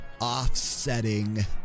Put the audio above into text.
offsetting